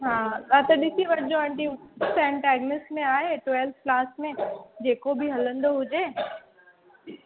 हा हा त ॾिसी वठिजो आंटी सेंट एग्नेस में आहे ट्वेल्थ क्लास में जेको बि हलंदो हुजे